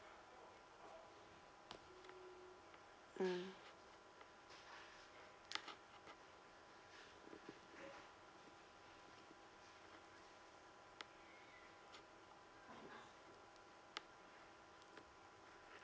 mm